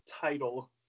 title